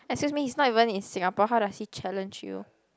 excuse me he's not even in Singapore how does he challenge you